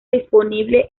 disponible